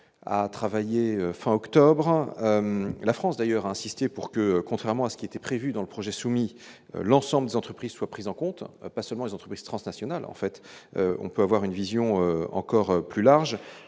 à travailler, fin octobre, la France d'ailleurs insisté pour que, contrairement à ce qui était prévu dans le projet soumis l'ensemble des entreprises soient prises en compte, pas seulement les entreprises transnationales, en fait, on peut avoir une vision encore plus large,